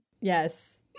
yes